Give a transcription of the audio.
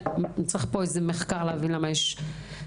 נצטרך מחקר כדי להבין למה יש פיחות